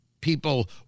People